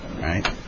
Right